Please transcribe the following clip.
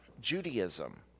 Judaism